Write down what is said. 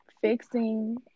fixing